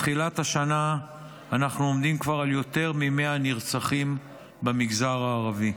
מתחילת השנה אנחנו עומדים כבר על יותר מ-100 נרצחים במגזר הערבי.